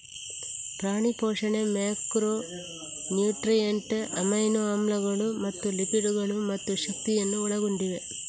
ಪ್ರಾಣಿ ಪೋಷಣೆ macronutrient, amino ಆಮ್ಲಗಳು ಮತ್ತು ಲಿಪಿಡ್ ಗಳು ಮತ್ತು ಶಕ್ತಿಯನ್ನು ಒಳಗೊಂಡಿವೆ